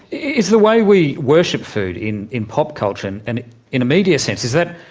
is the way we worship food in in pop culture and and in a media sense, is that.